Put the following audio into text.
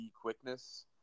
quickness